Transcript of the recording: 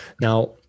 Now